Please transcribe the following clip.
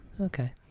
Okay